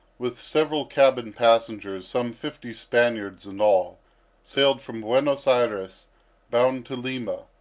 with several cabin passengers some fifty spaniards in all sailed from buenos ayres bound to lima,